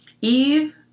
Eve